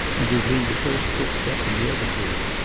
and between the first footstep and the other two.